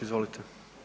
Izvolite.